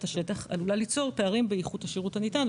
השטח עלולה ליצור פערים באיכות השירות הניתן?